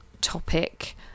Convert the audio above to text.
topic